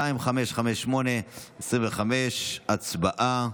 2558/25. הצבעה.